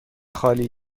خالی